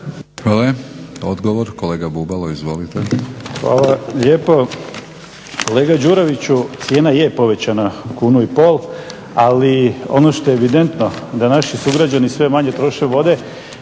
Hvala. Odgovor, kolega Bubalo. Izvolite. **Bubalo, Krešimir (HDSSB)** Hvala lijepo. Kolega Đuroviću, cijena je povećana kunu i pol ali ono što je evidentno da naši sugrađani sve manje troše vode